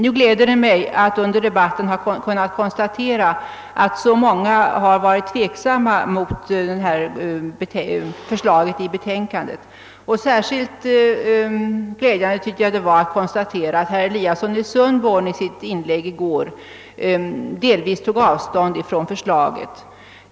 Nu gläder det mig att under debatten ha kunnat konstatera att så många varit tveksamma inför förslaget i det framlagda betänkandet. Särskilt glädjande tyckte jag det var att herr Eliasson i Sundborn i sitt huvudinlägg i går delvis tog avstånd från förslaget.